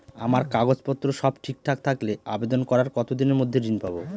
আমার কাগজ পত্র সব ঠিকঠাক থাকলে আবেদন করার কতদিনের মধ্যে ঋণ পাব?